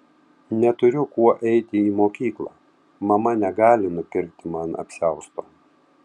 neturiu kuo eiti į mokyklą mama negali nupirkti man apsiausto